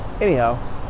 anyhow